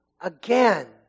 again